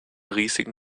riesigen